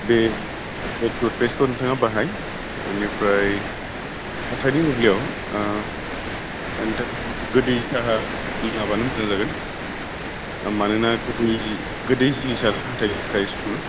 बे टुथपेस्टखौ नोंथाङा बाहाय दा बेनिफ्राय हाथाइनि मुलियाव नोंथाङा गोदै साहा लोङाबानो मोजां जागोन मानोना गोदै जिनिसा हाथाइनि थाखाय गाज्रि